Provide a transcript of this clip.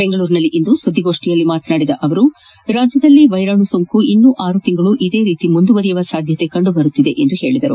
ಬೆಂಗಳೂರಿನಲ್ಲಿಂದು ಸುದ್ದಿಗೋಷ್ಠಿಯಲ್ಲಿ ಮಾತನಾಡಿದ ಅವರು ರಾಜ್ಯದಲ್ಲಿ ವೈರಾಣು ಇನ್ನೂ ಆರು ತಿಂಗಳು ಇದೇ ರೀತಿ ಮುಂದುವರಿಯುವ ಸಾಧ್ಯತೆ ಕಂಡುಬರುತ್ತಿದೆ ಎಂದು ಹೇಳಿದರು